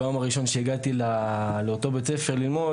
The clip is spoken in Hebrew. ביום הראשון שהגעתי לאותו בית ספר ללמוד